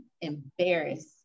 embarrassed